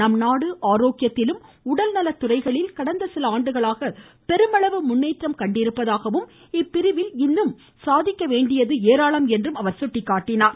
நம் நாடு ஆரோக்கியத்திலும் உடல் நலத்துறைகளில் கடந்த சில ஆண்டுகளாக பெருமளவு முன்னேற்றம் கண்டிருப்பதாகவம் இப்பிரிவில் இன்னும் நிறைவேற்றப்பட வேண்டியது ஏராளம் என்றும் சுட்டிக்காட்டினார்